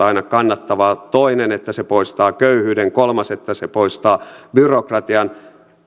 aina kannattavaa toinen että se poistaa köyhyyden kolmas että se poistaa byrokratian